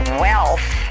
wealth